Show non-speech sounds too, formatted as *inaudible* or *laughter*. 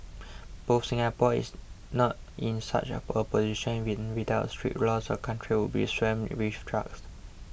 *unintelligible* Singapore is not in such a *unintelligible* position *unintelligible* without its strict laws the country would be swamped with *unintelligible*